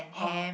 oh